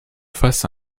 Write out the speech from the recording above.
face